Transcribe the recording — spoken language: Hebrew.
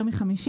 יותר מ-50.